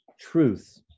truth